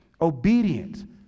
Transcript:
obedient